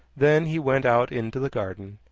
then he went out into the garden.